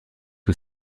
que